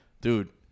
dude